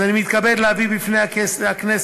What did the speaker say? אז אני מתכבד להביא בפני הכנסת